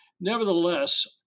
Nevertheless